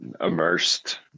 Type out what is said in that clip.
immersed